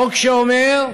חוק שאומר: